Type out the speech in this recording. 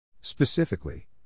Specifically